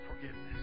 forgiveness